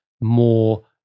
more